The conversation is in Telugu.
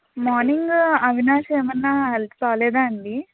మార్నింగు అవినాష్ ఏమైనా హెల్త్ బాగా లేదా అండి